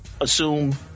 assume